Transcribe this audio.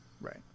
Right